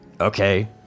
Okay